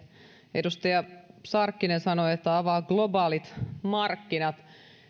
edustaja sarkkinen sanoi että avaa globaalit markkinat